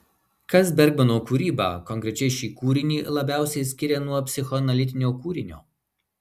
kas bergmano kūrybą konkrečiai šį kūrinį labiausiai skiria nuo psichoanalitinio kūrinio